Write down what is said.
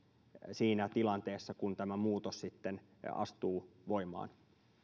siinä tilanteessa kun tämä muutos sitten astuu voimaan